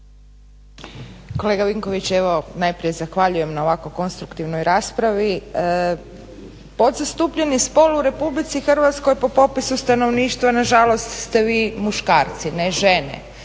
Kolega Vinković najprije zahvaljujem na ovako konstruktivnoj raspravi. Podzastupljeni spol u RH po popisu stanovništva nažalost ste vi muškarci, ne žene.